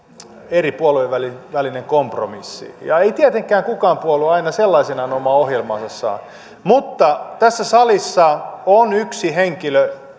eri puolueiden välinen kompromissi eikä tietenkään mikään puolue sinne aina sellaisenaan omaa ohjelmaansa saa mutta tässä salissa on yksi henkilö